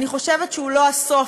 אני חושבת שהוא לא הסוף,